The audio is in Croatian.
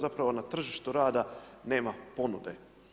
Zapravo na tržištu rada nema ponude.